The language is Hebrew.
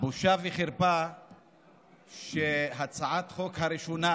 בושה וחרפה שהצעת החוק הראשונה